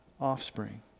offspring